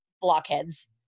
blockheads